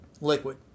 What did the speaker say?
Liquid